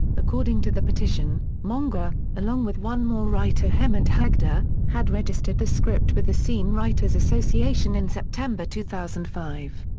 according to the petition, monga, along with one more writer hemant hegde, ah had registered the script with the cine writers association in september two thousand and five.